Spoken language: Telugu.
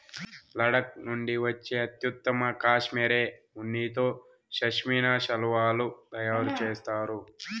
లడఖ్ నుండి వచ్చే అత్యుత్తమ కష్మెరె ఉన్నితో పష్మినా శాలువాలు తయారు చేస్తారు